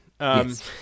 Yes